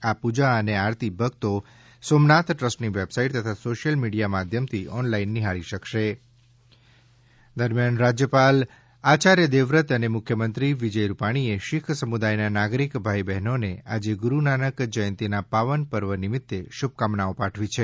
આ પૂજા અને આરતી ભક્તો સોમનાથ ટ્રસ્ટની વેબસાઈટ તથા સોશ્યલ મીડિયા માધ્યમથી ઓનલાઈન નિહાળી શકશે મુખ્ય મંત્રી શુભે ચ્છા ગુરૂનાનક જ્યંતિ રાજ્યપાલ આચાર્ય દેવવ્રતે અને મુખ્યમંત્રી શ્રી વિજય રૂપાણીએ શીખ સમુદાયના નાગરિક ભાઇ બહેનોને આજે ગુરૂનાનક જ્યંતિના પાવન પર્વ નિમિત્તે શુભકામનાઓ પાઠવી છે